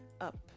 up